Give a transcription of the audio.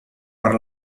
per